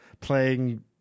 playing